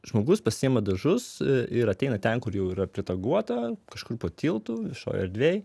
žmogus pasiima dažus ir ateina ten kur jau yra pritaguota kažkur po tiltu viešoj erdvėj